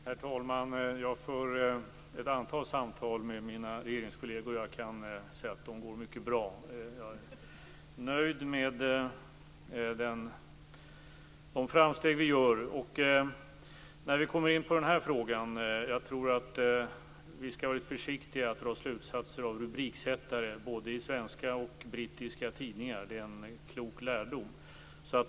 Herr talman! Jag för ett antal samtal med mina regeringskolleger, och jag kan säga att de går mycket bra. Jag är nöjd med de framsteg vi gör. När vi kommer in på skattefrågan tycker jag att vi skall vara försiktiga med att dra slutsatser av rubriksättningen både i svenska och i brittiska tidningar. Det är en klok lärdom.